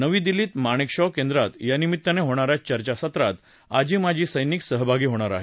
नवी दिल्लीत माणेकशॉ केंद्रात यानिमित्तानं होणाऱ्या चर्चासत्रात आजी माजी सैनिक सहभागी होणार आहेत